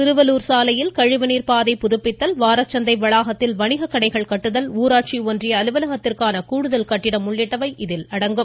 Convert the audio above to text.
சிறுவலூர் சாலையில் கழிவுநீர் பாதை புதுப்பித்தல் வாரச்சந்தை வளாகத்தில் வணிகக் கடைகள் கட்டுதல் ஊராட்சி ஒன்றிய அலுவலகத்திற்கான கூடுதல் கட்டிடம் உள்ளிட்டவை இதில் அடங்கும்